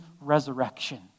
resurrection